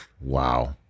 Wow